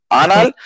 anal